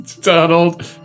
Donald